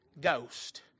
Ghost